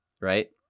right